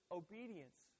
obedience